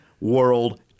world